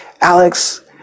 Alex